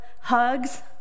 hugs